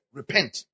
repent